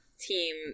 team